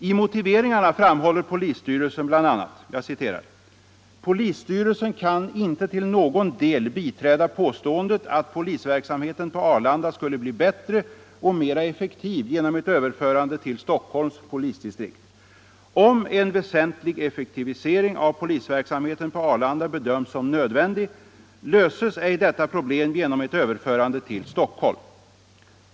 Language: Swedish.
I motiveringarna framhåller polisstyrelsen bl.a.: ”Polisstyrelsen kan inte till någon del biträda påståendet att polisverksamheten på Arlanda skulle bli bättre och mera effektiv genom ett överförande till Stockholms polisdistrikt. Om en väsentlig effektivisering av polisverksamheten på Arlanda bedöms som nödvändig, löses ej detta problem genom ett överförande till Stockholm.